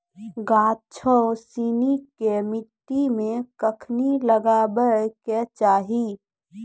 गाछो सिनी के मट्टी मे कखनी लगाबै के चाहि?